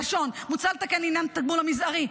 הראשון, מוצע לתקן את עניין התגמול המזערי.